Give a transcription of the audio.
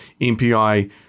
MPI